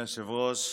אדוני היושב-ראש,